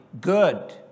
good